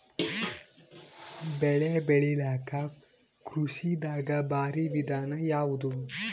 ಬೆಳೆ ಬೆಳಿಲಾಕ ಕೃಷಿ ದಾಗ ಭಾರಿ ವಿಧಾನ ಯಾವುದು?